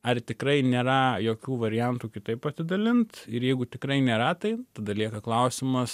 ar tikrai nėra jokių variantų kitaip atidalint ir jeigu tikrai nėra tai tada lieka klausimas